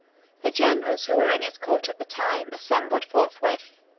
the generals who were in his court at the time assembled forthwith,